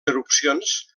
erupcions